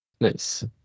Nice